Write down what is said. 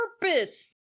purpose